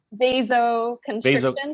Vasoconstriction